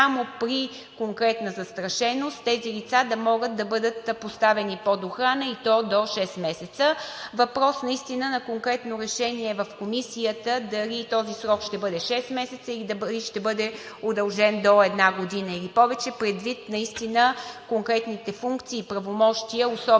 на конкретно решение в Комисията е дали този срок ще бъде шест месеца, или ще бъде удължен до една година, или повече предвид наистина конкретните функции и правомощия, особено на премиера.